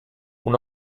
una